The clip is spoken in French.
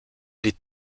les